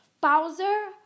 Bowser